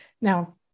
Now